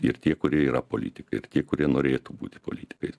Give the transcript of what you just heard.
ir tie kurie yra politikai ir tie kurie norėtų būti politikais